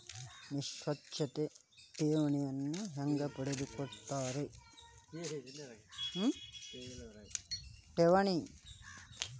ನಿಶ್ಚಿತ್ ಠೇವಣಿನ ಹೆಂಗ ಪಡ್ಕೋತಾರ